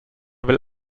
will